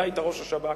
אתה היית ראש השב"כ,